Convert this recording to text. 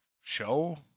show